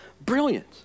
brilliant